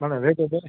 madam rate வந்து